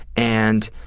and